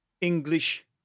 English